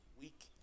Week